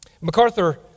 MacArthur